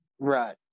Right